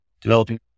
developing